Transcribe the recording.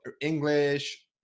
English